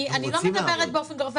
אני לא מדברת באופן גורף,